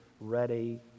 ready